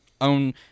own